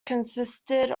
consisted